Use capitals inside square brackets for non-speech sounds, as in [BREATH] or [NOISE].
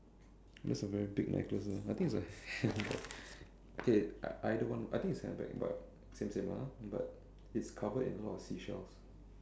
that's a very big necklace lah I think it's a [BREATH] handbag okay either one I think it's handbag but same same lah ah but it's covered in a lot of seashells